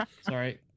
Sorry